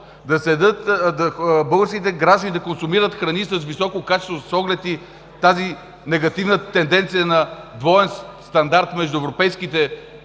българските граждани да консумират храни с високо качество, с оглед и тази негативна тенденция на двоен стандарт между европейските